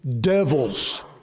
devils